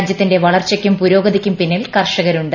രാജ്യത്തിന്റെ വളർച്ചയ്ക്കും പുരോഗതിക്കും പിന്നിൽ കർഷകരുണ്ട്